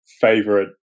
favorite